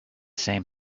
same